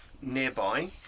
nearby